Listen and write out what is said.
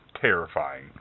Terrifying